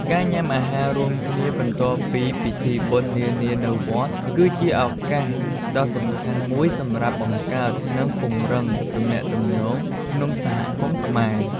ការញ៉ាំអាហាររួមគ្នា បន្ទាប់ពីពិធីបុណ្យនានានៅវត្ត គឺជាឱកាសដ៏សំខាន់មួយសម្រាប់ បង្កើត និងពង្រឹងទំនាក់ទំនង ក្នុងសហគមន៍ខ្មែរ។